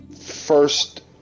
first